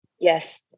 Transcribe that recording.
Yes